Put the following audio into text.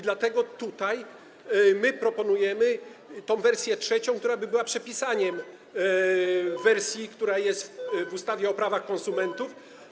Dlatego tutaj proponujemy wersję trzecią, która byłaby przepisaniem wersji, która jest w ustawie o prawach konsumentów.